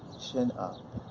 chin up,